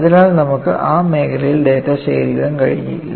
അതിനാൽ നമുക്ക് ആ മേഖലയിൽ ഡാറ്റ ശേഖരിക്കാൻ കഴിയില്ല